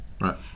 Right